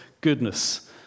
goodness